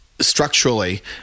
structurally